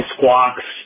Squawks